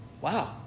wow